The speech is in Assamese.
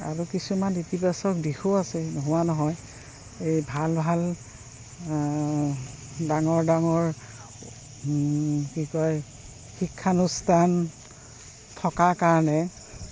আৰু কিছুমান ইতিবাচক দিশো আছে নোহোৱা নহয় এই ভাল ভাল ডাঙৰ ডাঙৰ কি কয় শিক্ষানুষ্ঠান থকা কাৰণে